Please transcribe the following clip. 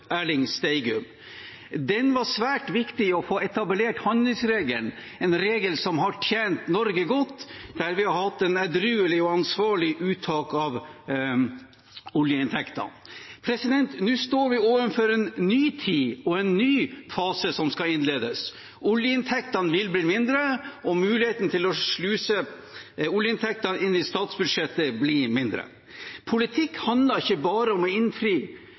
Den var svært viktig for å få etablert handlingsregelen, en regel som har tjent Norge godt, der vi har hatt et edruelig og ansvarlig uttak av oljeinntektene. Nå står vi overfor en ny tid og en ny fase som skal innledes. Oljeinntektene vil bli mindre, og muligheten til å sluse oljeinntekter inn i statsbudsjettet blir mindre. Politikk handler ikke bare om å innfri